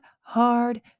hard